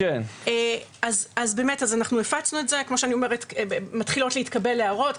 אז אנחנו באמת הפצנו את זה ומתחילות להתקבל הערות.